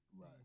Right